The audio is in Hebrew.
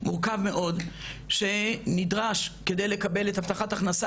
מורכב מאוד שנדרש כדי לקבל את הבטחת הכנסה